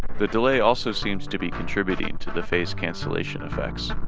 the delay also seems to be contributing to the phase cancellation effects.